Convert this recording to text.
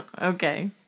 Okay